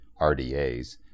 RDAs